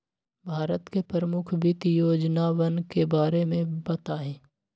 भारत के प्रमुख वित्त योजनावन के बारे में बताहीं